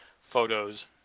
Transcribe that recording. photos